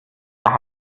der